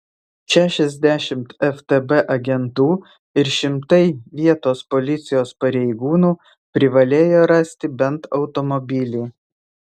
šešiasdešimt ftb agentų ir šimtai vietos policijos pareigūnų privalėjo rasti bent automobilį